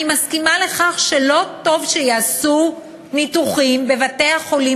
אני מסכימה שלא טוב שייעשו ניתוחים בבתי-החולים